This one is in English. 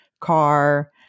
car